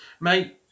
Mate